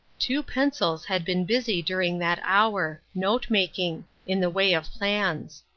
two pencils had been busy during that hour note-making in the way of plans.